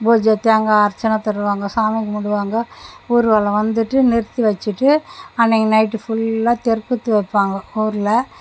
பூஜை தேங்காய் அர்ச்சனை தருவாங்க சாமி கும்பிடுவாங்க ஊர்வலம் வந்துட்டு நிறுத்தி வெச்சுட்டு அன்றைக்கி நைட்டு ஃபுல்லாக தெருக்கூத்து வைப்பாங்க ஊரில்